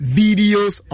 videos